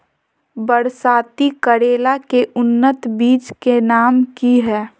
बरसाती करेला के उन्नत बिज के नाम की हैय?